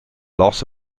loss